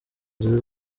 nzozi